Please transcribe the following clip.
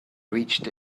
reached